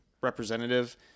representative